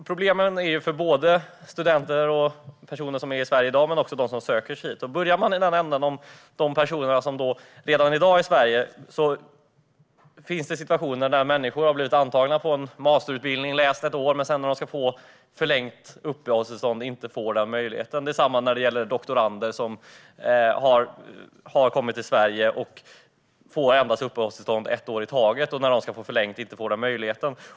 Problemen gäller studenter och personer som är i Sverige i dag men också dem som ansöker om att komma hit och studera. Om vi börjar med dem som redan är i Sverige finns det personer som har antagits på en masterutbildning och som har läst ett år, men de får inte förlängt uppehållstillstånd efter det. Detsamma gäller doktorander som har kommit till Sverige och som bara får uppehållstillstånd ett år i taget. När de sedan behöver förlänga får de inte den möjligheten.